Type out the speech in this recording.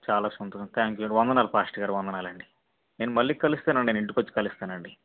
చాలా సంతోషం thank you వందనాలు పాస్టర్ గారు వందనాలు అండి నేను మళ్ళీ కలుస్తాను అండి నేను ఇంటికి వచ్చి కలుస్తానండి